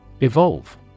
Evolve